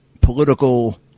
political